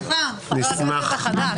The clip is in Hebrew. בהצלחה לחבר הכנסת החדש.